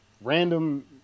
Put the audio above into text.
random